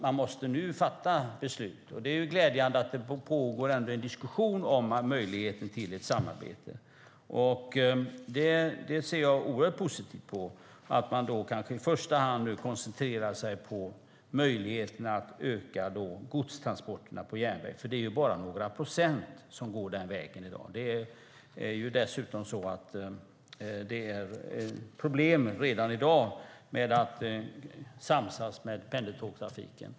Man måste fatta beslut nu. Det är glädjande att det pågår en diskussion om möjligheten till samarbete. Jag ser oerhört positivt på det och på att man kanske i första hand koncentrerar sig på möjligheterna att öka godstransporterna på järnväg. I dag är det bara några procent som går på järnväg. Dessutom är det problem att samsas med pendeltågstrafiken.